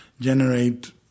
generate